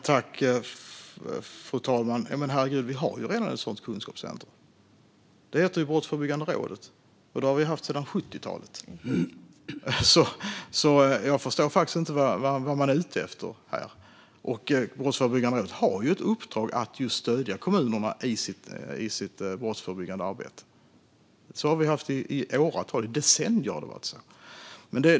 Fru talman! Men, herregud, vi har ju redan ett sådant kunskapscentrum! Det heter Brottsförebyggande rådet, och vi har haft det sedan 70-talet. Jag förstår faktiskt inte vad man är ute efter här. Brottsförebyggande rådet har ju ett uppdrag att stödja kommunerna i deras brottsförebyggande arbete. Så har vi haft det i åratal; i decennier har det varit så.